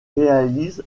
réalise